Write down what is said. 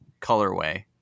colorway